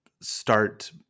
start